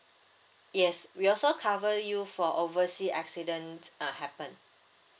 yes we also cover you for oversea accident uh happen